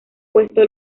puesto